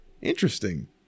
Interesting